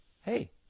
hey